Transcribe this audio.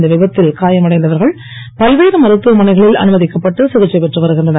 இந்த விபத்தில் காயம் அடைந்தவர்கள் பல்வேறு மருத்துவமனைகளில் அனுமதிக்கப்பட்டு சிகிச்சை பெற்று வருகின்றனர்